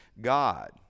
God